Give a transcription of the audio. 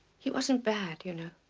he wasn't bad you know.